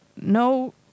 No